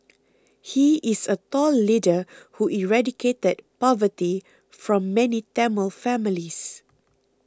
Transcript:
he is a tall leader who eradicated poverty from many Tamil families